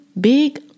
big